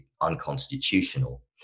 unconstitutional